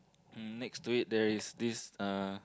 um next to it there is this uh